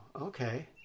okay